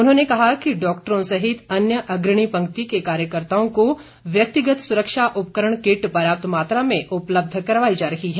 उन्होंने कहा कि डॉक्टरों सहित अन्य अग्रणी पंक्ति के कार्यकर्ताओं को व्यक्तिगत सुरक्षा उपकरण किट पर्याप्त मात्रा में उपलब्ध करवाई जा रही है